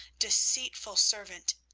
deceitful servant!